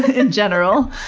in general.